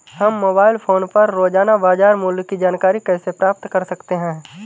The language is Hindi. हम मोबाइल फोन पर रोजाना बाजार मूल्य की जानकारी कैसे प्राप्त कर सकते हैं?